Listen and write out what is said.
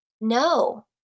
no